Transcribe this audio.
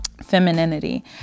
femininity